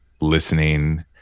listening